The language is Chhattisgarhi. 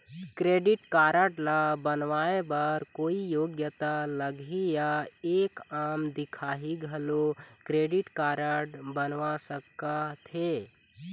क्रेडिट कारड ला बनवाए बर कोई योग्यता लगही या एक आम दिखाही घलो क्रेडिट कारड बनवा सका थे?